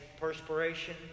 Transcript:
perspiration